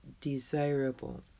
desirable